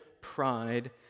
pride